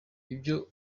ibyo